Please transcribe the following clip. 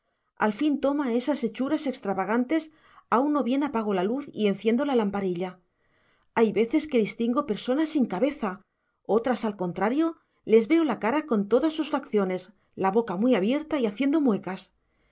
al fin toma esas hechuras extravagantes aun no bien apago la luz y enciendo la lamparilla hay veces que distingo personas sin cabeza otras al contrario les veo la cara con todas sus facciones la boca muy abierta y haciendo muecas